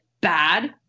bad